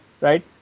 right